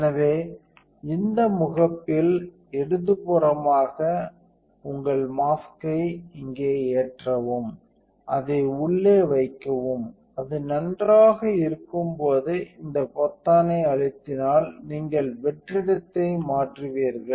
எனவே இந்த முகப்பில் இடதுபுறமாக உங்கள் மாஸ்க்யை இங்கே ஏற்றவும் அதை உள்ளே வைக்கவும் அது நன்றாக இருக்கும்போது இந்த பொத்தானை அழுத்தினால் நீங்கள் வெற்றிடத்தை மாற்றுவீர்கள்